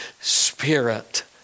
Spirit